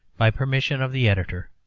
by permission of the editor.